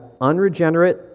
unregenerate